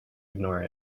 ignore